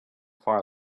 far